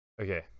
okay